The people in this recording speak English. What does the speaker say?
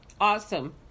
Awesome